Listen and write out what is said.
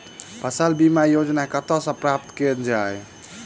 फसल बीमा योजना कतह सऽ प्राप्त कैल जाए?